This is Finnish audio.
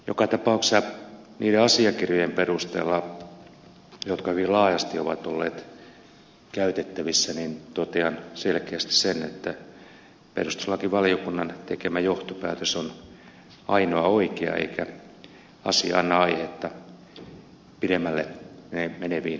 joka tapauksessa niiden asiakirjojen perusteella jotka hyvin laajasti ovat olleet käytettävissä totean selkeästi sen että perustuslakivaliokunnan tekemä johtopäätös on ainoa oikea eikä asia anna aihetta pidemmälle meneviin toimenpiteisiin